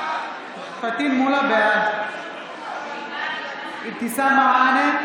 בעד אבתיסאם מראענה,